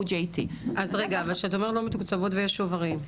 OJT. אז רגע שאת אומרת לא מתוקצבות ויש שוברים.